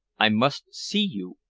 i must see you,